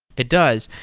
it does.